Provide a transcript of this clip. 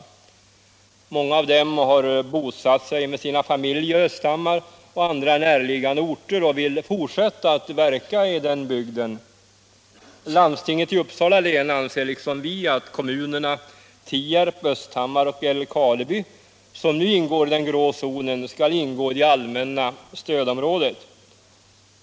Många av dem har bosatt sig med sina familjer i Östhammar och andra närliggande orter och vill fortsätta att verka i denna bygd. Landstinget i Uppsala län anser liksom vi att kommunerna Tierp, Östhammar och Älvkarleby, som nu räknas till den grå zonen, skall ingå i det allmänna stödområdet.